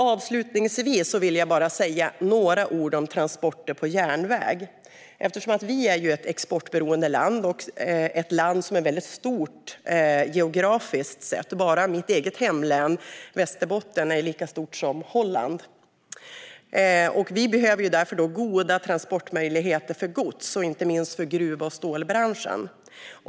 Avslutningsvis vill jag bara säga några ord om transporter på järnväg. Eftersom vi är ett exportberoende land och även ett stort land geografiskt - bara mitt hemlän Västerbotten är lika stort som Holland - behöver vi goda transportmöjligheter för gods, inte minst för gruv och stålbranschen.